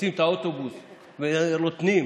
מפספסים את האוטובוס ורוטנים,